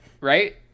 right